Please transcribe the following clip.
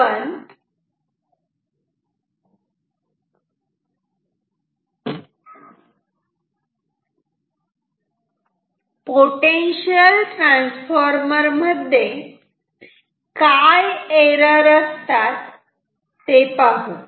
आता आपण potential transformer मध्ये काय एरर असतात ते पाहू